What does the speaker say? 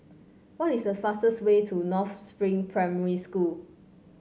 what is the fastest way to North Spring Primary School